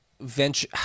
venture